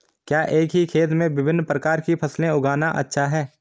क्या एक ही खेत में विभिन्न प्रकार की फसलें उगाना अच्छा है?